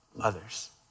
others